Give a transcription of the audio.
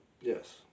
Yes